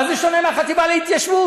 מה זה שונה מהחטיבה להתיישבות?